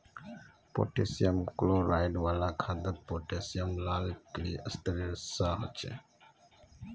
potassium chloride वाला खादोत potassium लाल क्लिस्तेरेर सा होछे